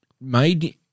made